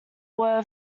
were